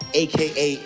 aka